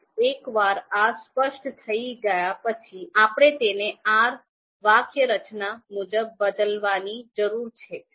હવે એકવાર આ સ્પષ્ટ થઈ ગયા પછી આપણે તેને R વાક્યરચના મુજબ બદલવાની જરૂર છે